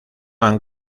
han